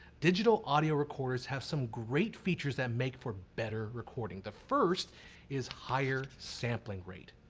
digital audio recorders have some great features that make for better recording. the first is higher sampling rate.